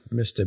Mr